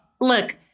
Look